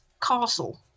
castle